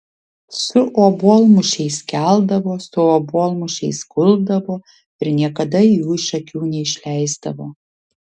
su obuolmušiais keldavo su obuolmušiais guldavo ir niekada jų iš akių neišleisdavo